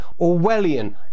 Orwellian